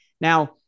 Now